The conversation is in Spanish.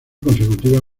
consecutiva